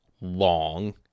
long